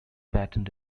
patent